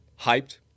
hyped